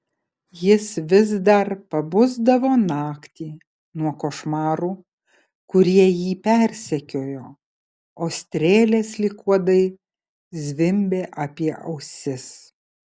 jis vis dar pabusdavo naktį nuo košmarų kurie jį persekiojo o strėlės lyg uodai zvimbė apie ausis